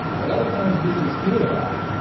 but other times, you'll just hear about it.